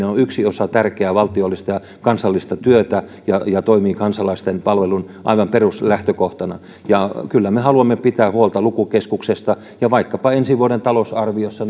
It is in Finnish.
on yksi osa tärkeää valtiollista ja kansallista työtä ja ja toimii kansalaisten palvelun aivan peruslähtökohtana kyllä me haluamme pitää huolta lukukeskuksesta ja se on hyvä asia että vaikkapa ensi vuoden talousarviossa